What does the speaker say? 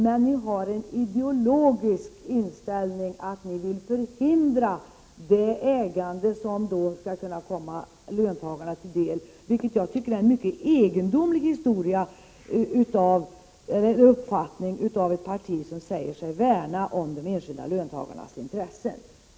Men ni har en ideologi som går ut på att ni vill förhindra det ägande som skulle kunna komma löntagarna till del, vilket jag tycker är en mycket egendomlig uppfattning av ett parti som säger sig värna om de enskilda löntagarnas intressen.